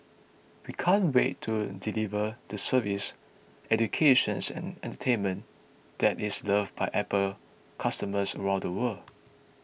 we can't wait to deliver the service educations and entertainment that is loved by Apple customers around the world